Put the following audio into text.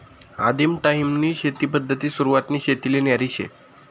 आदिम टायीमनी शेती पद्धत सुरवातनी शेतीले न्यारी शे